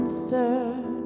stirred